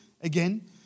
again